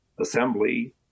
assembly